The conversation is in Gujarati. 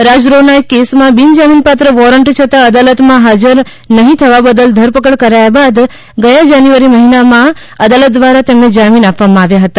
રાજવ્રોહના એક કેસમાં બિન જામીનપાત્ર વોરંટ છતાં અદાલતમાં હાજર નહીં થવા બદલ ધરપકડ કરાયા બાદ ગયા જાન્યુઆરી મહિનામાં અદાલત દ્વારા તેમને જામીન આપવામાં આવ્યા હતા